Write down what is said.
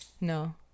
no